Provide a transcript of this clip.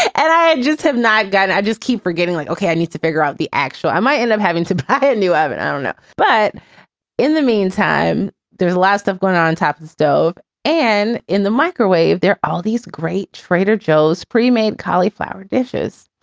and i just have not gotten i just keep forgetting like, okay, i need to figure out the actual i might end up having to buy a new oven i don't know. but in the meantime, there's the last of gone on top of the stove and in the microwave there are all these great trader joe's premade cauliflower dishes.